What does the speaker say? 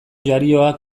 jarioa